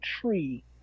tree